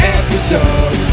episode